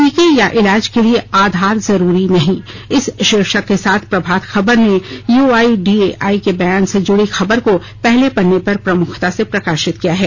टीके या इलाज के लिए आधार जरूरी नहीं इस शीर्षक के साथ प्रभात खबर ने यूआईडीएआई के बयान से जुड़ी खबर को पहले पन्ने पर प्रमुखता से प्रकाशित किया है